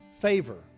favor